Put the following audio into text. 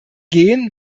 gehen